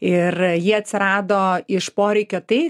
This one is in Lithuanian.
ir ji atsirado iš poreikio tai